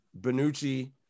Benucci